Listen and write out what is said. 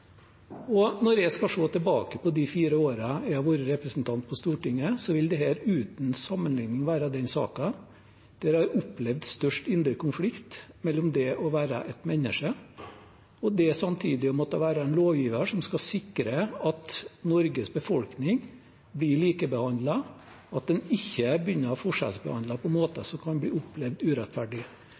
Når jeg skal se tilbake på de fire årene jeg har vært representant på Stortinget, vil dette uten sammenligning være den saken der jeg har opplevd størst indre konflikt mellom det å være et menneske og det å samtidig måtte være en lovgiver som skal sikre at Norges befolkning blir likebehandlet, og at en ikke begynner å forskjellsbehandle på måter som kan bli opplevd urettferdig.